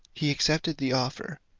he accepted the offer,